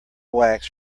wax